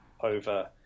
over